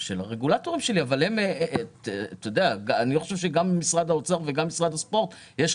ראינו שהמועצה לא בכל שנה